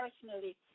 personally